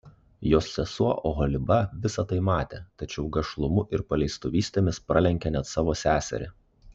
jos sesuo oholiba visa tai matė tačiau gašlumu ir paleistuvystėmis pralenkė net savo seserį